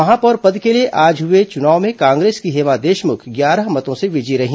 महापौर पद के लिए आज हुए चुनाव में कांग्रेस की हेमा देशमुख ग्यारह मतों से विजयी रही